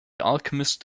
alchemist